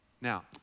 Now